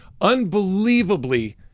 unbelievably